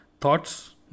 thoughts